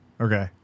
Okay